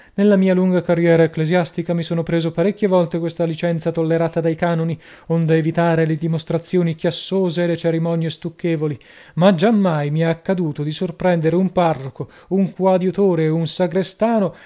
nella mia lunga carriera ecclesiastica mi son preso parecchie volte questa licenza tollerata dai canoni onde evitare le dimostrazioni chiassose e le cerimonie stucchevoli ma giammai mi è accaduto di sorprendere un parroco un coadiutore ed un sagrestano